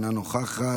אינה נוכחת,